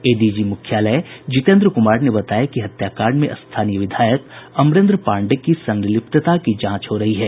ADG मुख्यालय जितेन्द्र कुमार ने बताया कि हत्याकांड में स्थानीय विधायक अमरेन्द्र पांडेय की संलिप्तता की जांच हो रही है